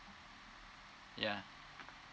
ya